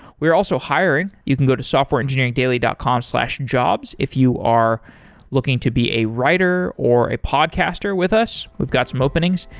we're also hiring. you can go to softwareengineeringdaily dot dot com slash jobs if you are looking to be a writer or a podcaster with us, we've got some openings,